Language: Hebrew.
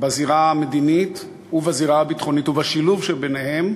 בזירה המדינית ובזירה הביטחונית ובשילוב שביניהן